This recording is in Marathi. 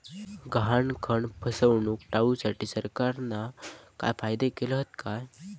गहाणखत फसवणूक टाळुसाठी सरकारना काय कायदे केले हत काय?